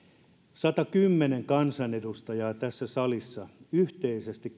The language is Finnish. satakymmentä kansanedustajaa tässä salissa yhteisesti